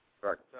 Correct